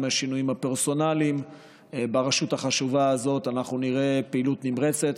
השינויים הפרסונליים ברשות החשובה הזאת אנחנו נראה פעילות נמרצת,